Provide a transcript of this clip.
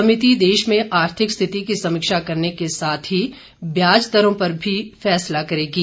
समिति देश में आर्थिक स्थिति की समीक्षा करने के साथ ही ब्याज दरों पर भी फैसला करेगे